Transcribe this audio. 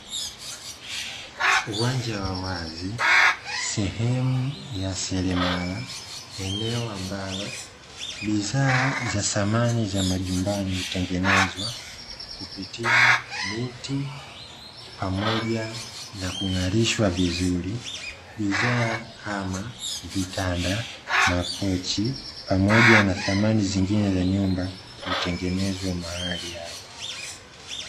Uwanja wa wazi, sehemu ya seremala eneo ambalo bidhaa za samani za majumbani hutengenezwa kupitia miti pamoja na kung'arishwa vizuri. Bidhaa kama vitanda, makochi pamoja na thamani zingine za nyumba hutengenezwa mahali hapo.